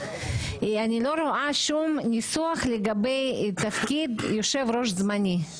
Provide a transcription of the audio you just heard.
אני לא רואה שום ניסוח לגבי תפקיד יושב-ראש זמני.